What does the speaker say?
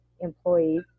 employees